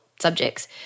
subjects